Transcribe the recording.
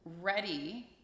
ready